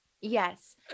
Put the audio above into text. yes